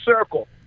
circle